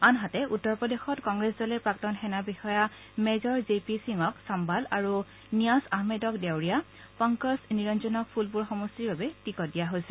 আনহাতে উত্তৰ প্ৰদেশত কংগ্ৰেছ দলে প্ৰাক্তন সেনা বিষয়া মেজৰ জে পি সিঙক চাম্ভাল আৰু ন্যাছ আহমেদক দেওৰীয়া পংকজ নিৰঞ্জনক ফুলপুৰ সমষ্টিৰ বাবে টিকট দিয়া হৈছে